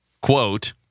quote